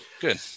good